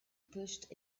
pushed